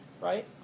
right